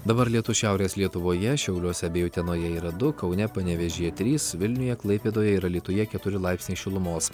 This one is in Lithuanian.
dabar lietus šiaurės lietuvoje šiauliuose bei utenoje yra du kaune panevėžyje trys vilniuje klaipėdoje ir alytuje keturi laipsniai šilumos